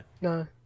no